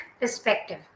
perspective